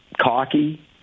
cocky